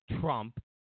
Trump